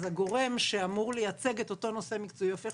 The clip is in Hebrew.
אז הגורם שאמור לייצג את אותו נושא מקצועי הופך